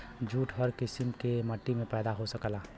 jute हर किसिम के मट्टी में पैदा हो सकला